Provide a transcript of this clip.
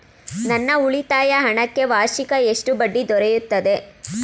ನನ್ನ ಉಳಿತಾಯ ಹಣಕ್ಕೆ ವಾರ್ಷಿಕ ಎಷ್ಟು ಬಡ್ಡಿ ದೊರೆಯುತ್ತದೆ?